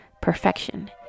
Perfection